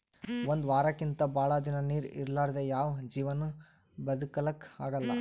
ಒಂದ್ ವಾರಕ್ಕಿಂತ್ ಭಾಳ್ ದಿನಾ ನೀರ್ ಇರಲಾರ್ದೆ ಯಾವ್ ಜೀವಿನೂ ಬದಕಲಕ್ಕ್ ಆಗಲ್ಲಾ